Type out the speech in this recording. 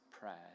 prayers